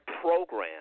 program